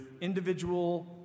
individual